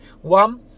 One